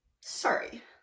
Sorry